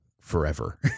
forever